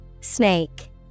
Snake